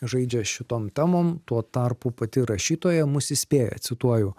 žaidžia šitom temom tuo tarpu pati rašytoja mus įspėja cituoju